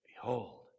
Behold